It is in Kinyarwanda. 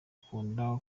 akunda